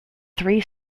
three